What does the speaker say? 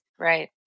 Right